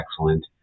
excellent